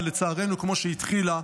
ולצערנו כמו שהתחילה,